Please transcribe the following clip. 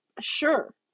Sure